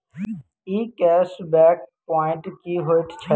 ई cash back point की होइत छैक?